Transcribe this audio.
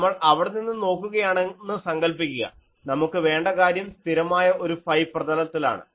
നമ്മൾ അവിടെ നിന്ന് നോക്കുകയാണെന്ന് സങ്കൽപ്പിക്കുക നമുക്ക് വേണ്ട കാര്യം സ്ഥിരമായ ഒരു ഫൈ പ്രതലത്തിലാണ്